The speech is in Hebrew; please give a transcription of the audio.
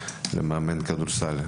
כמאמן כדורסל,